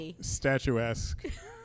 statuesque